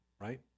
right